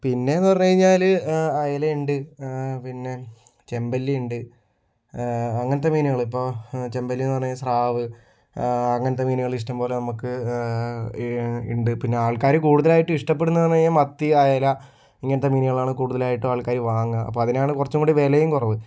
പിന്നെയെന്നു പറഞ്ഞു കഴിഞ്ഞാല് അയലയുണ്ട് പിന്നെ ചെമ്പല്ലിയുണ്ട് അങ്ങനത്തെ മീനുകള് ഇപ്പോൾ ചെമ്പല്ലിയെന്ന് പറഞ്ഞുകഴിഞ്ഞാൽ സ്രാവ് അങ്ങനത്തെ മീനുകൾ ഇഷ്ടംപോലെ നമുക്ക് ഉണ്ട് പിന്നെ ആൾക്കാര് കൂടുതലായിട്ടും ഇഷ്ടപ്പെടുന്നതെന്നു പറഞ്ഞുകഴിഞ്ഞാൽ മത്തി അയല ഇങ്ങനത്തെ മീനുകളാണ് കൂടുതലായിട്ടു ആൾക്കാര് വാങ്ങുക അപ്പോൾ അതിനാണ് കുറച്ചും കൂടി വിലയും കുറവ്